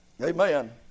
Amen